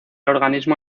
organismo